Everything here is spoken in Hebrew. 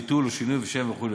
ביטול או שינוי שם וכו'